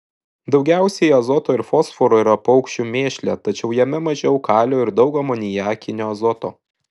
daugiausiai azoto ir fosforo yra paukščių mėšle tačiau jame mažiau kalio ir daug amoniakinio azoto